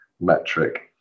metric